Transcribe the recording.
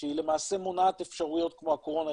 שהיא למעשה מונעת אפשרויות כמו הקורונה,